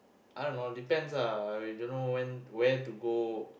I don't know depends ah I don't know when where to go